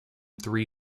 three